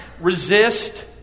resist